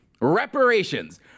Reparations